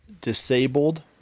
disabled